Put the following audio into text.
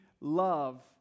love